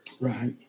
Right